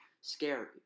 scary